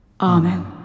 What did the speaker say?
amen